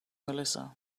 melissa